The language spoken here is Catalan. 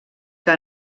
que